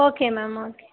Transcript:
okay ma'am okay